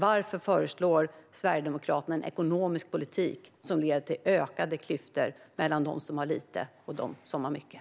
Varför föreslår Sverigedemokraterna en ekonomisk politik som leder till ökade klyftor mellan dem som har lite och dem som har mycket?